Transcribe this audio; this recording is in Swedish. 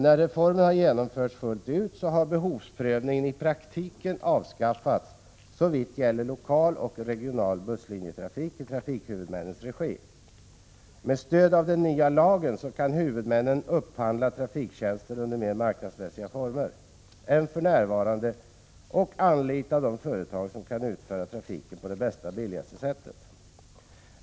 När reformen har genomförts fullt ut har behovsprövningen i praktiken avskaffats såvitt gäller lokal och regional busslinjetrafik i trafikhuvudmännens regi. Med stöd av den nya lagen kan huvudmännen upphandla trafiktjänster under mer marknadsmässiga former än för närvarande och anlita de företag som kan utföra trafiken på det bästa och billigaste sättet.